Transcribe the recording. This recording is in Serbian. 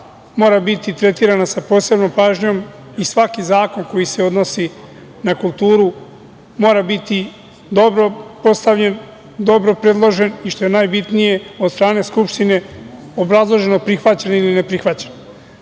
mora biti tretirana sa posebnom pažnjom i svaki zakon koji se odnosi na kulturu mora biti dobro postavljen, dobro predložen i, što je najbitnije, od strane Skupštine obrazloženo prihvaćen ili neprihvaćen. Ovaj